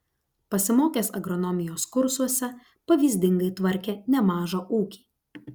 pasimokęs agronomijos kursuose pavyzdingai tvarkė nemažą ūkį